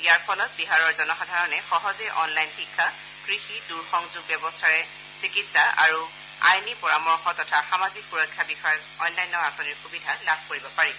ইয়াৰ ফলত বিহাৰৰ জনসাধাৰণে সহজে অনলাইন শিক্ষা কৃষি দূৰসংযোগ ব্যৱস্থাৰে চিকিৎসা আৰু আইনী পৰামৰ্শ তথা সামাজিক সুৰক্ষা বিষয়ক অন্য আঁচনিৰ সুবিধা লাভ কৰিব পাৰিব